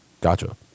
Gotcha